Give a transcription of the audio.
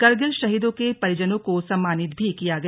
करगिल शहीदों के परिजनों को सम्मानित भी किया गया